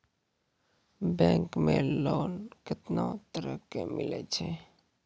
Bank मे loan कैतना तरह के मिलै छै?